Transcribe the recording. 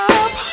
up